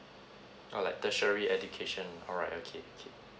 ah like tertiary education alright okay okay